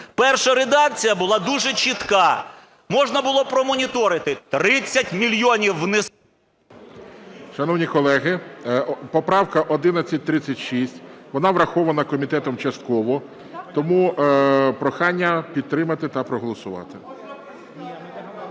Перша редакція була дуже чітка, можна було промоніторити, 30 мільйонів внесли… ГОЛОВУЮЧИЙ. Шановні колеги, поправка 1136, вона врахована комітетом частково. Тому прохання підтримати та проголосувати.